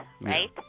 right